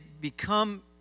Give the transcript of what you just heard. become